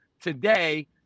today